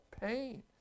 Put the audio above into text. pain